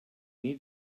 need